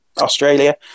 Australia